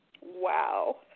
Wow